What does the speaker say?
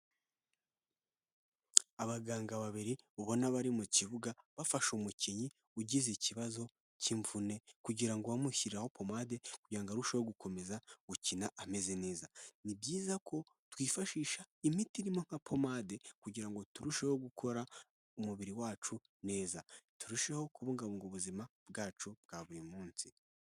Abaganga babiri ubona bari mu kibuga bafasha umukinnyi ugize ikibazo cy'imvune kugirango bamushyireho pomade kugirango arusheho gukomeza gukina ameze neza, ni byiza ko twifashisha imiti irimo nka pomade kugirango turusheho gukora umubiri wacu neza turusheho kubungabunga ubuzima bwacu bwa buri munsi.